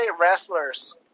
wrestlers